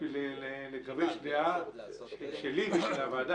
כדי לגבש דעה שלי ושל הוועדה,